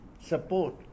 support